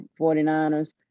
49ers